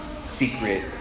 secret